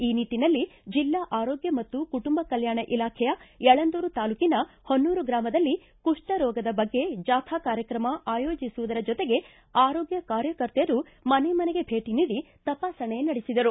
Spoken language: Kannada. ಈ ನಿಟ್ಟನಲ್ಲಿ ಜಿಲ್ಲಾ ಆರೋಗ್ಯ ಮತ್ತು ಕುಟುಂಬ ಕಲ್ಕಾಣ ಇಲಾಖೆಯು ಯಳಂದೂರು ತಾಲ್ಲೂಕಿನ ಹೊನ್ನೂರು ಗ್ರಾಮದಲ್ಲಿ ಕುಷ್ಟರೋಗದ ಬಗ್ಗೆ ಜಾಥಾ ಕಾರ್ಯಕ್ರಮ ಆಯೋಜಿಸುವುದರ ಜೊತೆಗೆ ಆರೋಗ್ಯ ಕಾರ್ಯಕರ್ತೆಯರು ಮನೆ ಮನೆಗೆ ಭೇಟಿ ನೀಡಿ ತಪಾಸಣೆ ನಡೆಸಿದರು